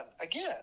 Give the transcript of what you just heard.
again